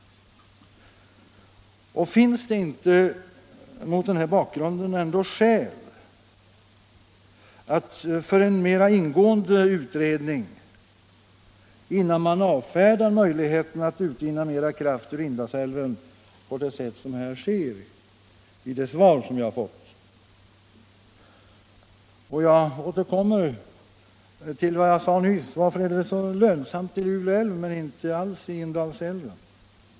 Finns det inte mot denna bakgrund ändå skäl för en mera ingående utredning innan man avfärdar möjligheten att utvinna mera kraft ur Indalsälven, vilket industriministern gör i det svar som jag fått. Jag återkommer till vad jag sade nyss: Varför är det så lönsamt när det gäller Lule älv men inte alls när det gäller Indalsälven?